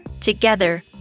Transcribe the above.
Together